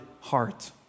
heart